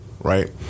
right